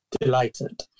delighted